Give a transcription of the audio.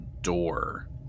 door